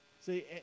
see